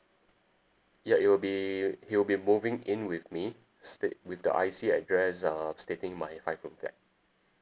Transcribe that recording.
ya it will be he will be moving in with me state with the I_C address uh stating my five room flat